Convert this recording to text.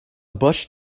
bush